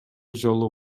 жолу